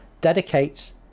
dedicates